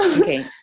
okay